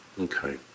Okay